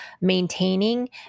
maintaining